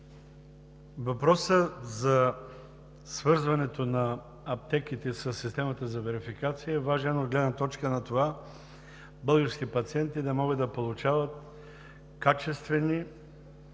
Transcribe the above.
Въпросът за свързването на аптеките със системата за верификация е важен от гледна точка на това българските пациенти да могат да получават качествени,